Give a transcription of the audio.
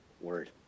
word